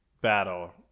battle